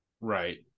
right